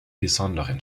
besonderen